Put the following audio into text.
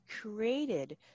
created